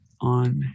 on